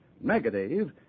negative